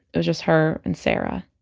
it was just her and sarah